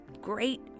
great